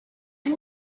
you